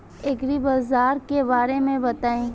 एग्रीबाजार के बारे में बताई?